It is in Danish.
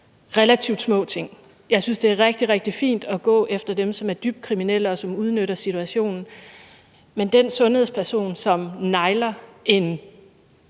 relativt små ting. Jeg synes, det er rigtig, rigtig fint at gå efter dem, som er dybt kriminelle, og som udnytter situationen, men den sundhedsperson, som negler en